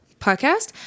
Podcast